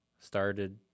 started